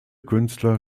künstler